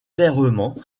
clairement